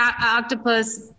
octopus